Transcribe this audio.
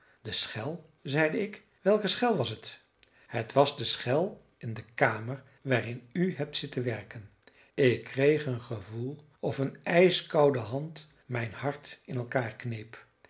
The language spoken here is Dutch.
de schel zeide ik welke schel was het het was de schel in de kamer waarin u hebt zitten werken ik kreeg een gevoel of een ijskoude hand mijn hart in elkaar kneep